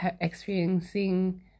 experiencing